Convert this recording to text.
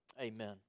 Amen